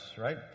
right